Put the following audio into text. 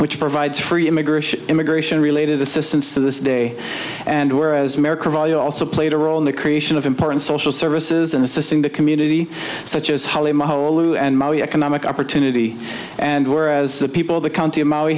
which provides free immigration immigration related assistance to this day and whereas america value also played a role in the creation of important social services and assisting the community such as holly my whole economic opportunity and whereas the people of the county of maui